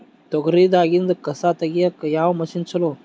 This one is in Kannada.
ತೊಗರಿ ದಾಗಿಂದ ಕಸಾ ತಗಿಯಕ ಯಾವ ಮಷಿನ್ ಚಲೋ?